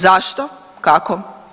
Zašto, kako?